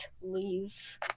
leave